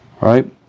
Right